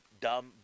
dumb